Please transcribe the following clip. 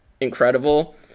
incredible